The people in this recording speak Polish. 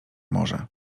morze